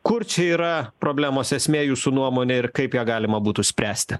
kur čia yra problemos esmė jūsų nuomone ir kaip ją galima būtų spręsti